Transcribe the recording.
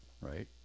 right